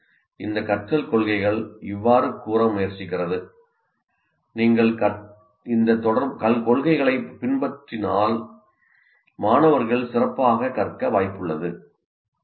இந்த கற்றல் கொள்கைகள் இவ்வாறு கூற முயற்சிக்கிறது 'நீங்கள் இந்த கொள்கைகளைப் பின்பற்றினால் மாணவர்கள் சிறப்பாகக் கற்க வாய்ப்புள்ளது'